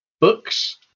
books